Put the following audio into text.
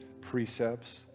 precepts